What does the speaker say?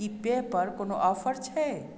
की पेयपर कोनो ऑफर छै